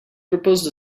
proposed